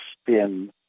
spin